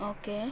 okay